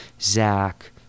Zach